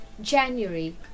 January